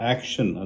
Action